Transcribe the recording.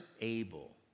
able